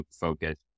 focus